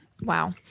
Wow